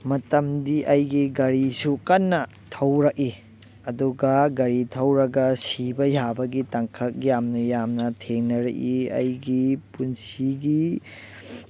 ꯃꯇꯝꯗꯤ ꯑꯩꯒꯤ ꯒꯥꯔꯤꯁꯨ ꯀꯟꯅ ꯊꯧꯔꯛꯏ ꯑꯗꯨꯒ ꯒꯥꯔꯤ ꯊꯧꯔꯒ ꯁꯤꯕ ꯌꯥꯕꯒꯤ ꯇꯥꯡꯀꯛ ꯌꯥꯝꯅ ꯌꯥꯝꯅ ꯌꯦꯡꯅꯔꯛꯏ ꯑꯩꯒꯤ ꯄꯨꯟꯁꯤꯒꯤ